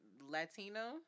Latino